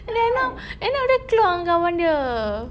then you know and then after that dia keluar dengan abang dia